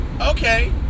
Okay